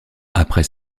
après